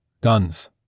Guns